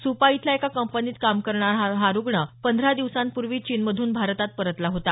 सुपा इथल्या एका कंपनीत काम करणारा हा रुग्ण पंधरा दिवसांपूर्वी चीनमधून भारतात परतला होता